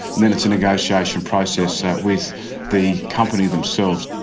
and then it's a negotiation process with the company themselves.